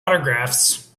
autographs